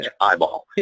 eyeball